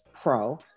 Pro